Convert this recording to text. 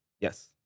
Yes